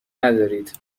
ندارید